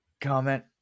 comment